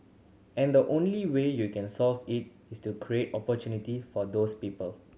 and the only way you can solve it is to create opportunity for those people